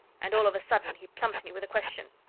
and all of a sudden he plumped me with a question.